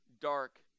dark